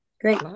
Great